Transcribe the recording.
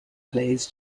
plays